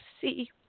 see